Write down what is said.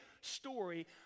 story